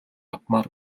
авмаар